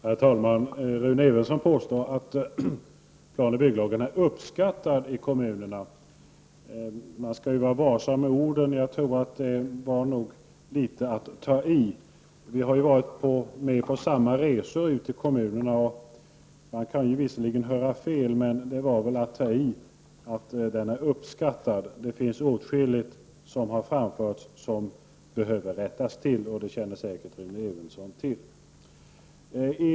Herr talman! Rune Evensson påstår att planoch bygglagen är uppskattad i kommunerna. Man skall ju vara varsam med orden, och jag tror nog att detta var att ta i litet. Rune Evensson och jag har varit på samma resor i kommunerna, och man kan visserligen höra fel, men det var nog att ta i att säga att planoch bygglagen är uppskattad. Åtskilligt har framförts som behöver rättas till, och det känner säkert Rune Evensson till.